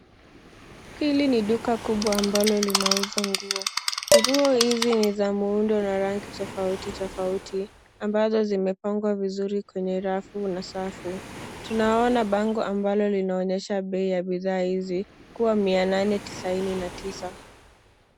Hili ni duka kubwa ambalo linauza nguo. Nguo hizi ni za muundo na rangi tofauti tofauti ambazo zimepangwa vizuri kwenye rafu na safu. Tunaona bango ambalo linaonyesha bei ya bidhaa hizi kuwa mia nane tisini na tisa.